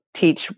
teach